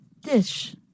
Dish